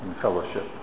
fellowship